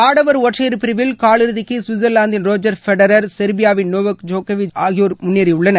ஆடவர் ஒற்றையர் பிரிவில் காலிறுதிக்கு சுவிட்சர்லாந்தின் ரோஜர் ஃபெடரர் செர்பியாவின் நோவாக் ஜோகோவிச் ஆகியோர் முன்னேறியுள்ளனர்